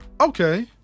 okay